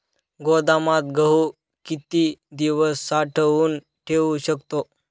गोदामात गहू किती दिवस साठवून ठेवू शकतो?